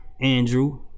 Andrew